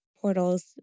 portals